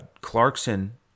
Clarkson